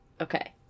Okay